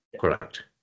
correct